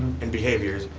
and behaviors,